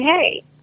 hey